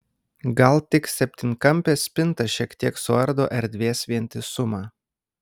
gal tik septynkampė spinta šiek tiek suardo erdvės vientisumą